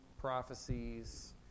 prophecies